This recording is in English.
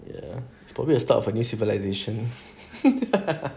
ya probably the start of a new civilization